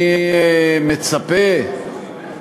אני מצפה,